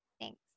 Thanks